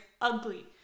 ugly